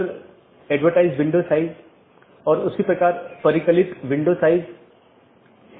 यह BGP का समर्थन करने के लिए कॉन्फ़िगर किया गया एक राउटर है